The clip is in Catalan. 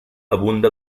abunda